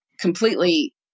completely